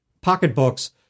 pocketbooks